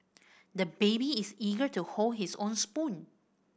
the baby is eager to hold his own spoon